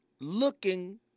looking